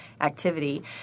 activity